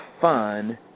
fun